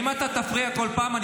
אם אתה תפריע כל פעם,